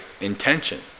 intention